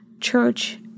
church